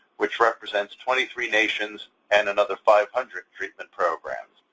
which represents twenty three nations and another five hundred treatment programs.